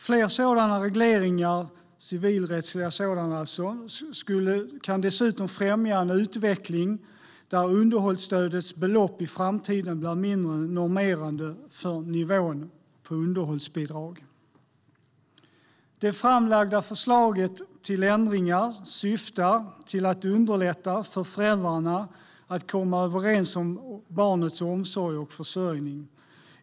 Fler sådana civilrättsliga regleringar kan dessutom främja en utveckling där underhållsstödets belopp i framtiden blir mindre normerande för nivån på underhållsbidrag. Det framlagda förslaget till ändringar syftar till att underlätta för föräldrarna att komma överens om barnets omsorg och försörjning.